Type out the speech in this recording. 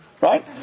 right